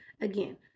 again